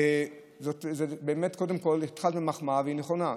זאת באמת, קודם כול, התחלת במחמאה, והיא נכונה.